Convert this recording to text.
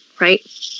Right